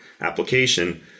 Application